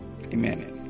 Amen